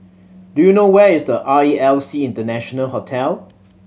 do you know where is R E L C International Hotel